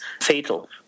fatal